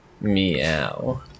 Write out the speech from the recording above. meow